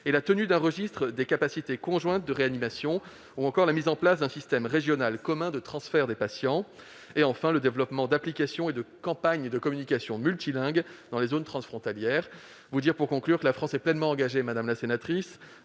la tenue d'un registre des capacités conjointes de réanimation ou encore la mise en place d'un système régional commun de transfert des patients et, enfin, le développement d'applications et de campagnes de communication multilingues dans les zones transfrontalières. La France est pleinement engagée, madame la sénatrice,